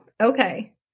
okay